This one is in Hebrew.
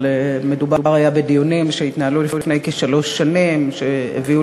אבל מדובר בדיונים שהתנהלו לפני כשלוש שנים ואשר הביאו